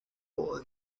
boat